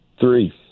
Three